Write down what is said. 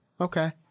okay